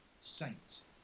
saints